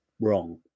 wrong